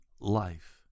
life